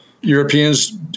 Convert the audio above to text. Europeans